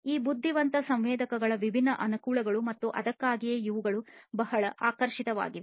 ಈ ಬುದ್ಧಿವಂತ ಸಂವೇದಕಗಳ ವಿಭಿನ್ನ ಅನುಕೂಲಗಳು ಆಗಿವೆ ಮತ್ತು ಅದಕ್ಕಾಗಿಯೇ ಇವುಗಳು ಬಹಳ ಆಕರ್ಷಕವಾಗಿವೆ